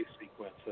sequence